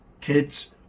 kids